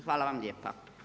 Hvala vam lijepa.